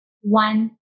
one